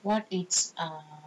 what it's err